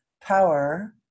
power